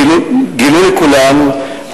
גילו לכולם,